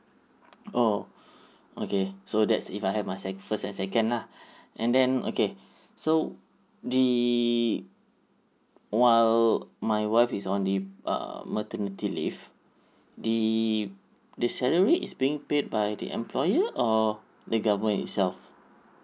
oh okay so that's if I have my sec first and second lah and then okay so the while my wife is on the uh maternity leave the the salary is being paid by the employer or the government itself